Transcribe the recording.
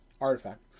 Artifact